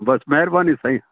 बसि महिरबानी साईं